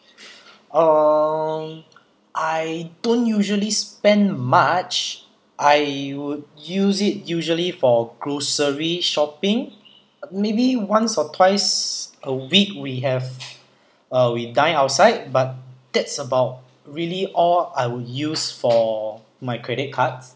um I don't usually spend much I would use it usually for grocery shopping maybe once or twice a week we have uh we dine outside but that's about really all I would use for my credit card